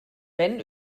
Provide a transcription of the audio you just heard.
wenn